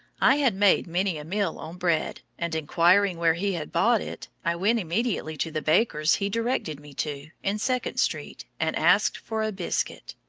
i had made many a meal on bread, and, inquiring where he had bought it, i went immediately to the baker's he directed me to, in second street, and asked for a biscuit,